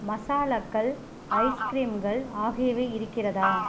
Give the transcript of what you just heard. மசாலாக்கள் ஐஸ்கிரீம்கள் ஆகியவை இருக்கிறதா